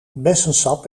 bessensap